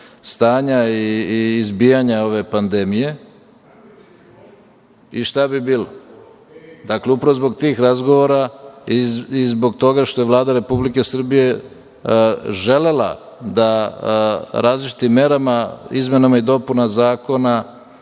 stanja i izbijanja ove pandemije, i šta bi bilo? Dakle, upravo zbog tih razgovora i zbog toga što je Vlada Republike Srbije želela da različitim merama, izmenama i dopuna zakona,